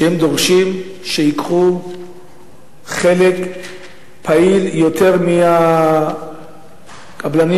שדורשים לקחת חלק פעיל יותר מהקבלנים